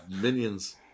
minions